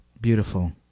Beautiful